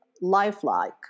lifelike